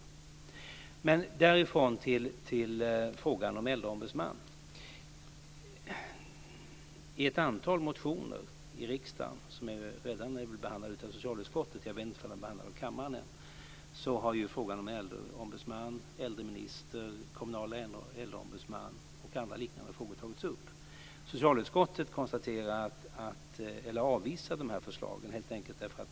Därifrån går jag så över till frågan om en äldreombudsman. I ett antal motioner i riksdagen - motionerna är väl redan behandlade av socialutskottet men om de ännu behandlats av kammaren vet jag inte - har frågan om äldreombudsman, äldreminister, kommunal äldreombudsman o.d. tagits upp. Socialutskottet avvisar förslagen.